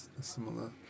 similar